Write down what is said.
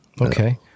Okay